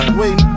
wait